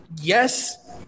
Yes